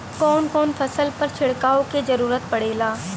कवन कवन फसल पर छिड़काव के जरूरत पड़ेला?